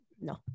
No